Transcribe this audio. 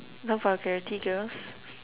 no vulgarity girls